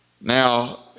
Now